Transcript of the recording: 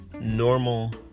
normal